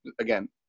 again